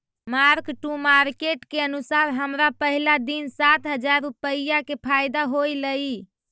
mark to market के अनुसार हमरा पहिला दिन सात हजार रुपईया के फयदा होयलई